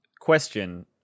Question